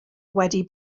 wedi